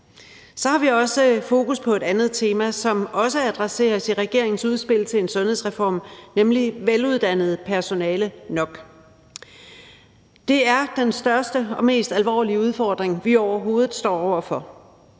har vi også fokus på et andet tema, som også adresseres i regeringens udspil til en sundhedsreform, nemlig at få veluddannet personale nok. Det er den største og mest alvorlige udfordring, vi overhovedet står over for,